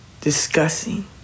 discussing